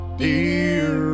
dear